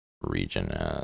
region